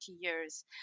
years